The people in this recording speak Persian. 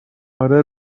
آره